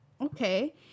okay